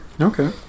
Okay